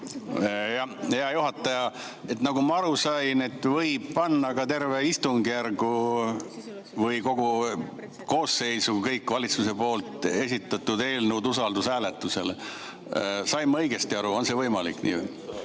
Hea juhataja! Nagu ma aru sain, võib panna ka terve istungjärgu või kogu koosseisu, kõik valitsuse poolt esitatud eelnõud usaldushääletusele. Sain ma õigesti aru, on see võimalik?